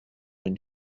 une